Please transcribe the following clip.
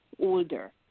older